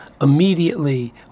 immediately